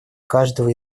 каждого